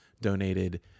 donated